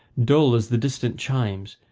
dull as the distant chimes,